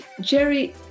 Jerry